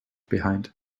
behind